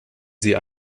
sie